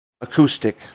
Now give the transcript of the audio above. acoustic